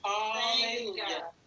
Hallelujah